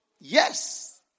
yes